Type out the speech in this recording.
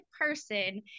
person